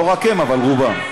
לא רק הם אבל רובם,